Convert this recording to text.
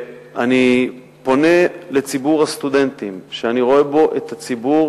אני פונה אל ציבור הסטודנטים, שאני רואה בו ציבור